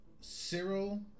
Cyril